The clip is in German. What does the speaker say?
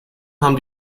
haben